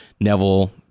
Neville